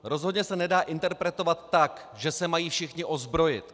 Rozhodně se nedá interpretovat tak, že se mají všichni ozbrojit.